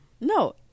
No